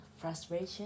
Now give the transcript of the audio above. frustration